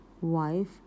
wife